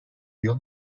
yıl